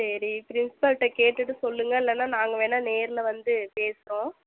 சரி பிரின்ஸ்பல்கிட்ட கேட்டுவிட்டு சொல்லுங்கள் இல்லைனா நாங்கள் வேணால் நேரில் வந்து பேசுறோம்